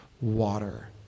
water